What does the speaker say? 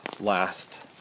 last